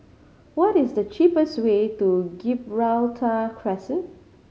what is the cheapest way to Gibraltar Crescent